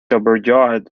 overjoyed